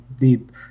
need